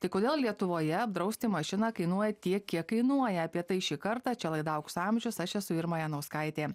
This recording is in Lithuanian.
tai kodėl lietuvoje apdrausti mašiną kainuoja tiek kiek kainuoja apie tai šį kartą čia laida aukso amžius aš esu irma janauskaitė